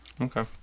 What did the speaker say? Okay